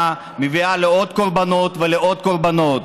ומביאה לעוד קורבנות ולעוד קורבנות.